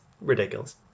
ridiculous